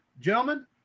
gentlemen